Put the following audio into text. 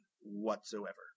whatsoever